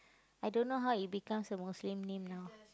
I don't know how it becomes a Muslim name now